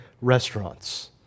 restaurants